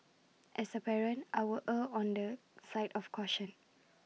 as A parent I will err on the side of caution